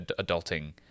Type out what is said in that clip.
adulting